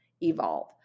Evolve